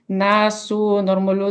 na su normaliu